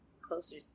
closer